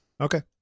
Okay